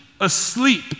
asleep